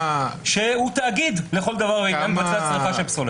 שהוא תאגיד לכול דבר ועניין כולל שריפה של פסולת.